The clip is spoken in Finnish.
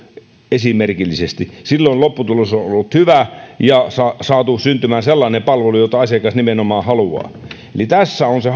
esimerkillisesti silloin lopputulos on ollut hyvä ja on saatu syntymään sellainen palvelu jota asiakas nimenomaan haluaa eli hankintaosaamisessa on se